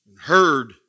heard